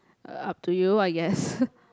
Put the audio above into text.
uh up to you I guess